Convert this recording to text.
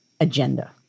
agenda